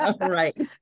Right